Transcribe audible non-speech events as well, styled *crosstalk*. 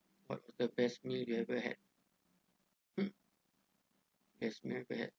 what the best meal you ever had *noise* best meal ever had